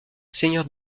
seigneur